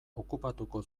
okupatuko